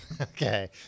Okay